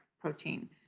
protein